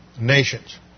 nations